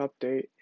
update